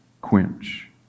quench